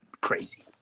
crazy